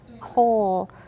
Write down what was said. whole